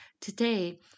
Today